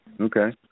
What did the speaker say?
Okay